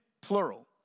plural